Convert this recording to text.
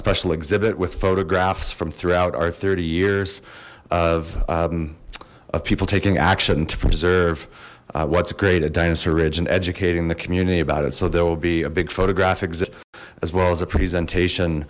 special exhibit with photographs from throughout our thirty years of of people taking action to preserve what's great at dinosaur ridge and educating the community about it so there will be a big photographic as well as a presentation